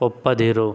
ಒಪ್ಪದಿರು